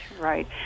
right